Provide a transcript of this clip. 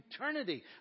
eternity